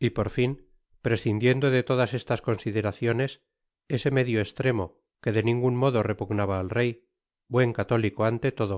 y por fin prescindiendo de todas estas consideraciones ese medio estremo que de ningun modo repugnaba al rey buen católico ante todo